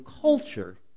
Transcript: culture